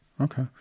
Okay